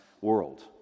world